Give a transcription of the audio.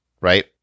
right